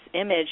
image